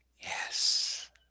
Yes